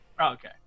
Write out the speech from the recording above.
Okay